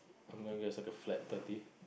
I'm gonna guess it's like a flat thirty